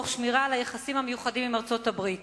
תוך שמירה על היחסים המיוחדים עם ארצות-הברית.